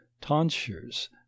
tonsures